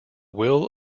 will